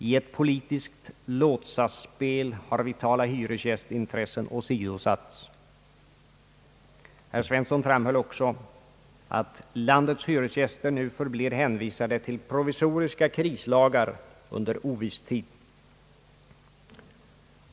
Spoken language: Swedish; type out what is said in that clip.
»I ett politiskt låtsasspel har vitala hyresgästintressen åsidosatts.» Herr Svensson framhöll också att »landets hyresgäster nu förblir hänvisade till provisoriska krislagar under oviss tid«.